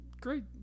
great